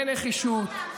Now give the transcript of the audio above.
בנחישות,